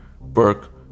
Burke